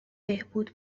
بهبود